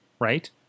right